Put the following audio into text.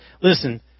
Listen